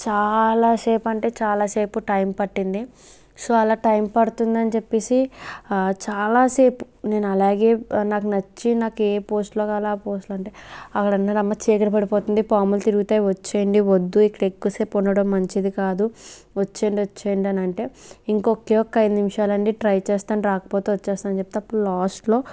చాలా సేపు అంటే చాలా సేపు టైం పట్టింది సో అలా టైం పడుతుందని చెప్పేసి చాలా సేపు నేనలాగే నాకు నచ్చి నాకే పోస్టులో కావాలో ఆ పోస్టులో అంటే అక్కడ అందరూ అమ్మ చీకటి పడిపోతుంది పాములు తిరుగుతాయి వచ్చేయండి వద్దు ఇక్కడ ఎక్కువ సేపు ఉండడం మంచిది కాదు వచ్చేండి వచ్చేండి అనంటే ఇంకా ఒక్కే ఒక్క ఐదు నిమిషాలండి ట్రై చేస్తాను రాకపోతే వచ్చేస్తాను అని చెప్తే అప్పుడు లాస్ట్లో